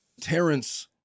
Terrence